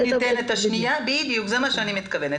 לזה בדיוק אני מתכוונת,